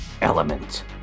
Element